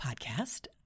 Podcast